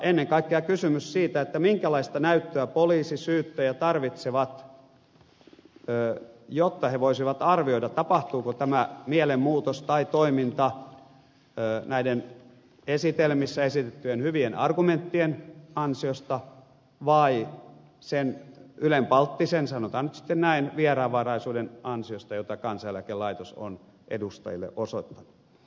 ennen kaikkea kysymys on siitä minkälaista näyttöä poliisi ja syyttäjä tarvitsevat jotta he voisivat arvioida tapahtuuko tämä mielenmuutos tai toiminta näiden esitelmissä esitettyjen hyvien argumenttien ansiosta vai sen ylenpalttisen sanotaan nyt sitten näin vieraanvaraisuuden ansiosta jota kansaneläkelaitos on edustajille osoittanut